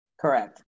Correct